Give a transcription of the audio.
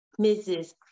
Mrs